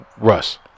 Russ